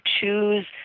choose